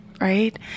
right